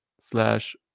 slash